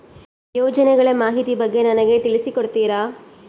ಯೋಜನೆಗಳ ಮಾಹಿತಿ ಬಗ್ಗೆ ನನಗೆ ತಿಳಿಸಿ ಕೊಡ್ತೇರಾ?